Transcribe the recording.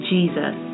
Jesus